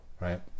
right